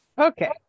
Okay